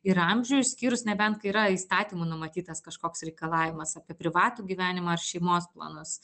ir amžių išskyrus nebent kai yra įstatymų numatytas kažkoks reikalavimas apie privatų gyvenimą ar šeimos planus